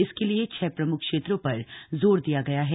इसके लिए छह प्रम्ख क्षेत्रों पर जोर दिया गया है